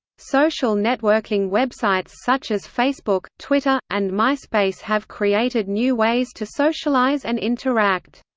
social networking websites such as facebook, twitter, and myspace have created new ways to socialize and interact.